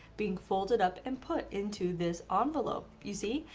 being folded up and put into this envelope, you see?